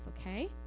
okay